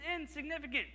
insignificant